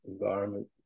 environment